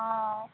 অঁ